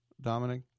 Dominic